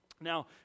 Now